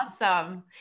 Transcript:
awesome